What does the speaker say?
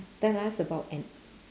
tell us about an